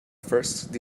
first